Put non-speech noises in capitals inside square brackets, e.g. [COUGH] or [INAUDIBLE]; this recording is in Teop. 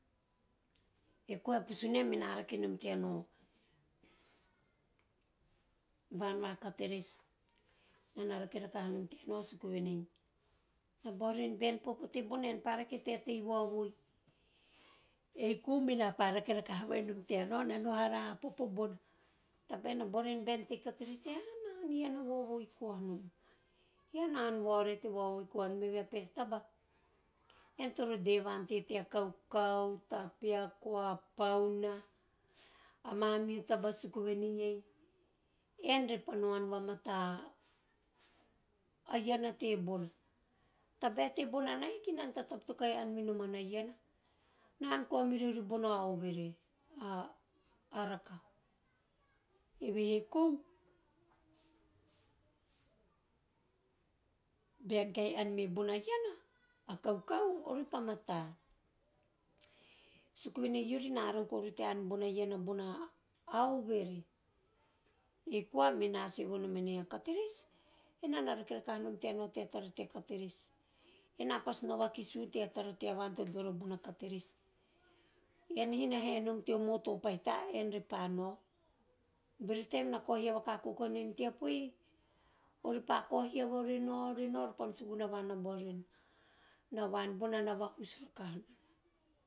Ei koa pusune mena rakonom tea nao van va cartevets, evana rake rakahanom tea nao suku venei na buha vo reu bean popo tebona ean pa rake tea tei vaovoi ei kou mena pa rake rahaka vai nom tea nao ne no hara a popo bona tabae na boha voren bean tei cartevets ean na an iana vaovoi koanom, ean na ann voarete vaovoi ko anom evehe a peha taba ean toro deva ante tea kaukau, tapioko, a pauna, a mamihu taba suku vene iei ean repa no ann vamata a iana tebona tabae tebona na hiki nana ta ta taba to kahi no ann minoman a iana, na ann koa mirioni bona overe a [HESITATION] a roka, evehe kou, bean kahi ann me bona iana a kaukau orepa mata suku venei eori na arau koa rori tea ann bona iana bona oveve eikoa mena sue vonom en a cartevets, ena na rake rakanom tea nao tea tara a crtevets, ena pas nao vakis u tea tana tea van to dao riori bong cartevets, ena pas nao vakis u tea tana tea van to dao riori bona carteves, ean ha na haenom teo motor pahita ean repa nao. Bero taem na kao hiava kako koa ren moto pahita ean repa nao. Bero taem na kao hiava kako koa ren teapu ei ore pa kao hiava oore pa nao- ore nao. Ore pa no suguna van na baha vo ren a van bono na vaus rakaha nana.